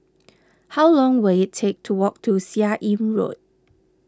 how long will it take to walk to Seah Im Road